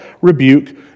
rebuke